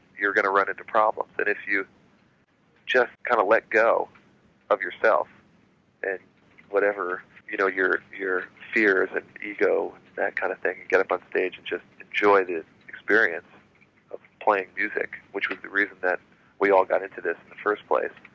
you're gonna run into problems and if you just kind of let go of yourself and whatever you know your your fears and ego and that kind of thing and get up on stage and just enjoy the experience of playing music, which was the reason that we all got into this in the first place,